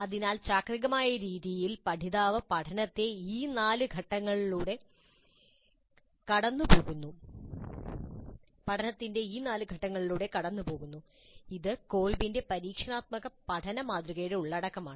അതിനാൽ ചാക്രികമായ രീതിയിൽ പഠിതാവ് പഠനത്തിന്റെ ഈ 4 ഘട്ടങ്ങളിലൂടെ കടന്നുപോകുന്നു ഇത് കോൾബിന്റെ പരീക്ഷണാത്മക പഠന മാതൃകയുടെ ഉള്ളടക്കമാണ്